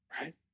Right